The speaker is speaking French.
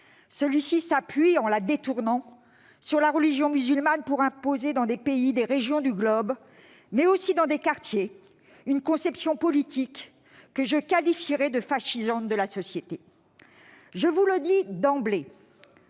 Celui-ci s'appuie, en la détournant, sur la religion musulmane pour imposer, dans des pays, des régions du globe, mais aussi dans des quartiers, une conception politique, que je qualifierais de « fascisante », de la société. Je vous le dis d'emblée,